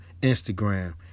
Instagram